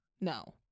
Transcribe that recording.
No